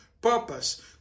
purpose